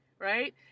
Right